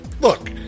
look